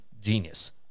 genius